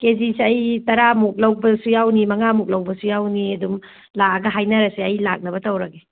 ꯀꯦꯖꯤꯁꯦ ꯑꯩ ꯇꯔꯃꯨꯛ ꯂꯧꯕꯁꯨ ꯌꯥꯎꯅꯤ ꯃꯉꯥꯃꯨꯛ ꯂꯧꯕꯁꯨ ꯌꯥꯎꯅꯤ ꯑꯗꯨꯝ ꯂꯥꯛꯑꯒ ꯍꯥꯏꯅꯔꯁꯦ ꯑꯩ ꯂꯥꯛꯅꯕ ꯇꯧꯔꯒꯦ